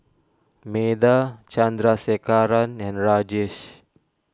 Medha Chandrasekaran and Rajesh